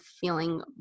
feeling